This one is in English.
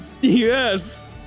Yes